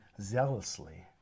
zealously